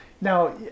now